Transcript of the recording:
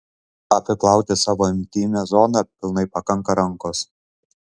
apiplauti savo intymią zoną pilnai pakanka rankos